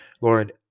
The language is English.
Lord